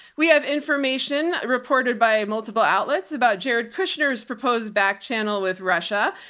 we have information reported by multiple outlets about jared kushner's proposed back channel with russia.